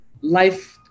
life